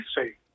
say